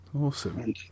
Awesome